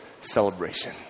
celebration